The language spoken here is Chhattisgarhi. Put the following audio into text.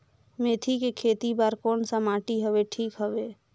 मेथी के खेती बार कोन सा माटी हवे ठीक हवे?